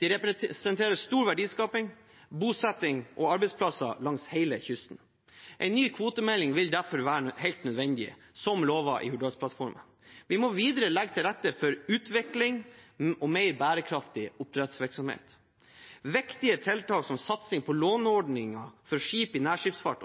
De representerer stor verdiskaping, bosetting og arbeidsplasser langs hele kysten. En ny kvotemelding, som lovet i Hurdalsplattformen, vil derfor være helt nødvendig. Vi må videre legge til rette for utvikling og mer bærekraftig oppdrettsvirksomhet. Viktige tiltak, som satsing på låneordningen for skip i nærskipsfart